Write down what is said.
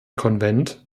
konvent